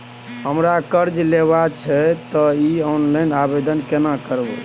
हमरा कर्ज लेबा छै त इ ऑनलाइन आवेदन केना करबै?